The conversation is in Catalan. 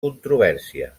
controvèrsia